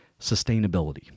sustainability